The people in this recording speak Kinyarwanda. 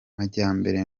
majyambere